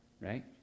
right